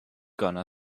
gonna